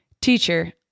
Teacher